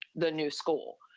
the new school.